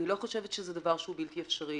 אני לא חושבת שזה דבר שהוא בלתי אפשרי.